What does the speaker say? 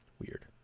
Weird